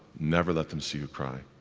never let them see you cry.